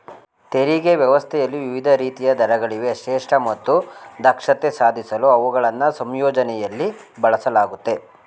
ತೆರಿಗೆ ವ್ಯವಸ್ಥೆಯಲ್ಲಿ ವಿವಿಧ ರೀತಿಯ ದರಗಳಿವೆ ಶ್ರೇಷ್ಠ ಮತ್ತು ದಕ್ಷತೆ ಸಾಧಿಸಲು ಅವುಗಳನ್ನ ಸಂಯೋಜನೆಯಲ್ಲಿ ಬಳಸಲಾಗುತ್ತೆ